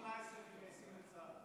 בגיל 18 מתגייסים לצה"ל.